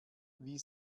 wie